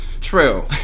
True